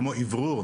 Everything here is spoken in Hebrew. כמו אוורור,